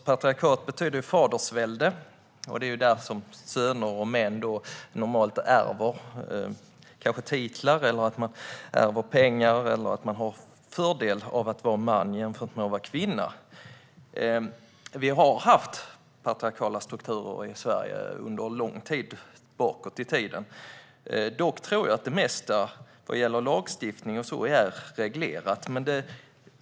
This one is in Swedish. Patriarkat betyder fadersvälde, och det är där som söner och män normalt ärver titlar och pengar och har fördel av att vara man jämfört med att vara kvinna. Vi har haft patriarkala strukturer i Sverige under lång tid bakåt i tiden. Dock tror jag att det mesta vad gäller lagstiftning och så nu är reglerat.